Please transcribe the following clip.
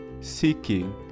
seeking